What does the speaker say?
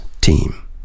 team